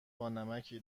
بانمکی